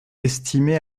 estimé